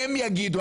הם יגידו,